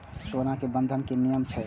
सोना के बंधन के कि नियम छै?